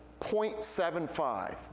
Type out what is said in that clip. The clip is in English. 0.75